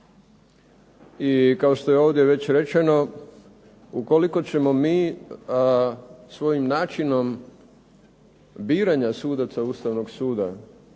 I kao što je ovdje već rečeno, ukoliko ćemo mi svojim načinom biranja sudaca Ustavnog suda